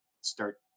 start